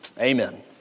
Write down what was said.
amen